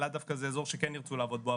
אילת דווקא זה אזור שכן ירצו לעבוד בו,